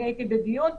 אני הייתי בדיון,